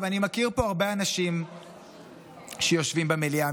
אני מכיר פה הרבה אנשים שיושבים במליאה,